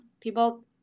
People